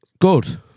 good